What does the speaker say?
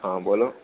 હા બોલો